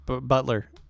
Butler